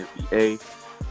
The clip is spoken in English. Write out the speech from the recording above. NBA